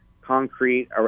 concrete